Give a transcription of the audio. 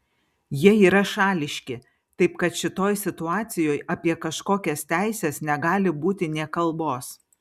jie yra šališki taip kad šitoj situacijoj apie kažkokias teises negali būti nė kalbos